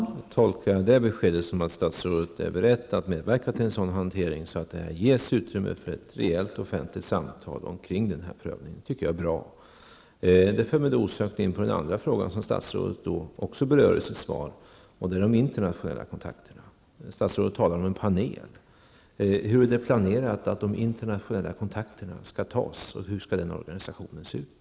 Herr talman! Jag tolkar det beskedet som att statsrådet är beredd att medverka till en sådan hantering att det ges utrymme för ett rejält offentligt samtal om prövningen. Det tycker jag är bra. Jag kommer osökt in på den andra frågan som statsrådet berörde i sitt svar, nämligen de internationella kontakterna. Statsrådet talar om en panel. Hur har man planerat att de internationella kontakterna skall tas, och hur skall den organisationen se ut?